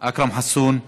אכרם חסון,